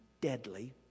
deadly